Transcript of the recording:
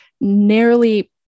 narrowly